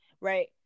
right